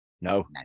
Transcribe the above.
no